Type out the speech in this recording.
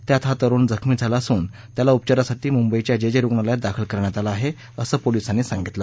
त्यात हा तरुण जखमी झाला असून त्याला उपचारासाठी मुंबईच्या जे जे रुग्णालयात दाखल करण्यात आलं आहे असं पोलिसांनी सांगितलं